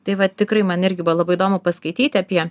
tai va tikrai man irgi buvo labai įdomu paskaityti apie